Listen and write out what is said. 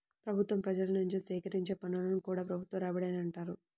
ప్రభుత్వం ప్రజల నుంచి సేకరించే పన్నులను కూడా ప్రభుత్వ రాబడి అనే అంటారు